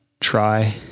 try